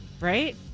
Right